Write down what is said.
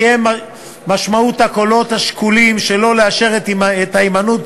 תהיה משמעות הקולות השקולים שלא לאשר את ההימנעות